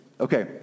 Okay